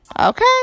Okay